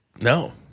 No